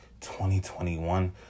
2021